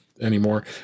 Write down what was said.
Anymore